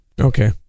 Okay